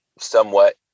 somewhat